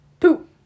two